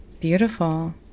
beautiful